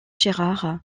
gérard